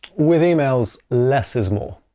with emails, less is more.